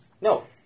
no